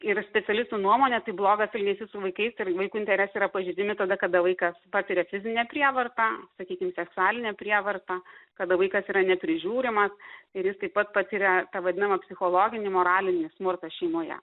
ir specialistų nuomone tai blogas elgesys su vaikais ir vaikų interesai yra pažeidžiami tada kada vaikas patiria fizinę prievartą sakykim seksualinę prievartą kada vaikas yra neprižiūrimas ir jis taip pat patiria tą vadinamą psichologinį moralinį smurtą šeimoje